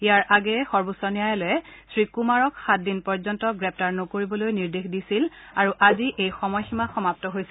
ইয়াৰ আগেয়ে সৰ্বোচ্চ ন্যায়ালয়ে শ্ৰীকুমাৰক সাত দিন পৰ্যন্ত গ্ৰেপ্তাৰ নকৰিবলৈ নিৰ্দেশ দিছিল আৰু আজি এই সময়সীমা সমাপ্ত হৈছে